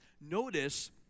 Notice